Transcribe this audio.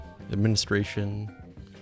administration